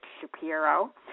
Shapiro